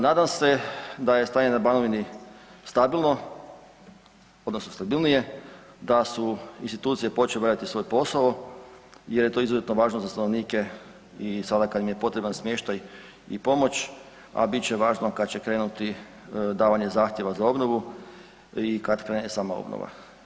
Nadam se da je stanje na Banovini stabilno odnosno stabilnije, da su institucije počele raditi svoj posao jer je to izuzetno važno za stanovnike i sada kad im je potreban smještaj i pomoć, a bit će važno kada će krenuti davanje zahtjeva za obnovu i kad krene sama obnova.